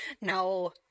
no